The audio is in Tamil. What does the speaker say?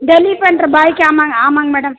டெலிவரி பண்ணுற பாய்க்கு ஆமாங்க ஆமாங்க மேடம்